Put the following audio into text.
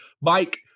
Mike